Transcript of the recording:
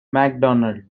macdonald